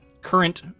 current